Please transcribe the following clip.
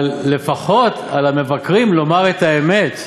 אבל לפחות על המבקרים לומר את האמת.